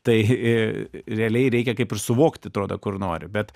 tai realiai reikia kaip ir suvokti atrodo kur nori bet